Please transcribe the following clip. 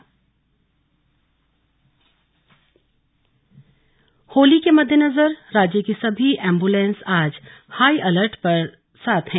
तैनात होली के मद्देनजर राज्य की सभी एम्ब्रेलेंस आज हाई अलर्ट पर हैं